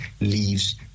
leaves